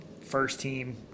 first-team